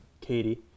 Katie